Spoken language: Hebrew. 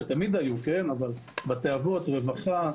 רווחה,